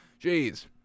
Jeez